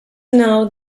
know